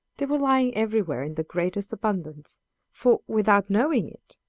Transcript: they were lying everywhere in the greatest abundance for, without knowing it,